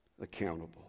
accountable